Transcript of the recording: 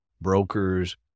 brokers